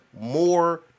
more